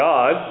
God